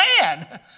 man